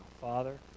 Father